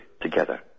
together